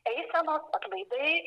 eisenos atlaidai